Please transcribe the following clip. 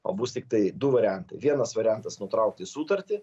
o bus tiktai du variantai vienas variantas nutraukti sutartį